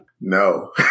No